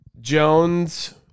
Jones